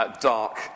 dark